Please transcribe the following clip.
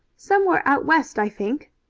somewhere out west, i think.